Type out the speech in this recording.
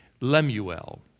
Lemuel